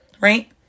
right